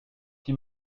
qui